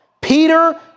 Peter